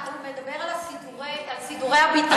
הוא מדבר על סידורי הביטחון.